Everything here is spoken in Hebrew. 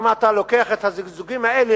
אם אתה לוקח את הזיגזוגים האלה,